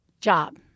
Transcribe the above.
job